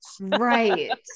Right